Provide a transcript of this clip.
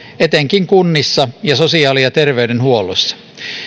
etenkin kunnissa ja sosiaali ja terveydenhuollossa